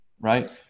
right